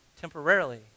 temporarily